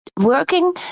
Working